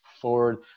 forward